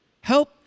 Help